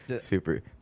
Super